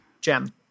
gem